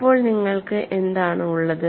അപ്പോൾ നിങ്ങൾക്ക് എന്താണ് ഉള്ളത്